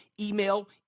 email